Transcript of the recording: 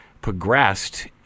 progressed